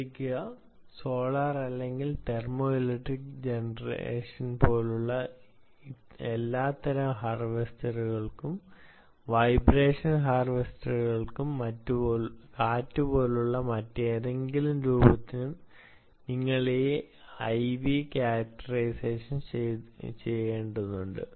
ശ്രദ്ധിക്കുക സോളാർ അല്ലെങ്കിൽ thermo electric generation പോലുള്ള എല്ലാത്തരം ഹാർവെസ്റ്റുകൾക്കും വൈബ്രേഷൻ ഹാർവെസ്റ്റുകൾക്കും കാറ്റ് പോലെയുള്ള മറ്റേതെങ്കിലും രൂപത്തിനും നിങ്ങൾ ഈ IV ക്യാരക്ടറൈസേഷൻ ചെയ്യേണ്ടതുണ്ട്